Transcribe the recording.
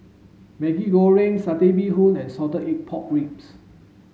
Maggi Goreng satay bee hoon and salted egg pork ribs